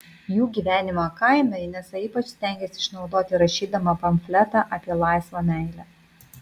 jų gyvenimą kaime inesa ypač stengėsi išnaudoti rašydama pamfletą apie laisvą meilę